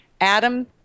Adam